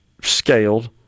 scaled